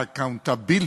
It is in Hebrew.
ה-accountability,